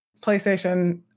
PlayStation